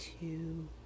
two